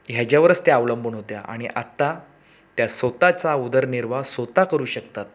ह्याच्यावरच त्या अवलंबून होत्या आणि आत्ता त्या स्वतःचा उदरनिर्वाह स्वतः करू शकतात